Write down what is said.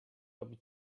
robi